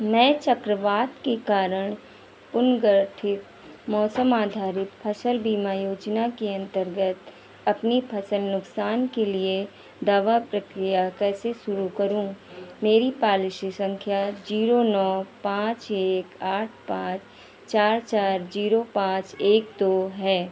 मैं चक्रवात के कारण पुनर्गठित मौसम आधारित फ़सल बीमा योजना के अन्तर्गत अपनी फ़सल नुकसान के लिए दावा प्रक्रिया कैसे शुरू करूँ मेरी पॉलिसी सँख्या ज़ीरो नौ पाँच एक आठ पाँच चार चार ज़ीरो पाँच एक दो है